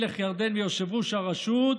מלך ירדן ויושב-ראש הרשות,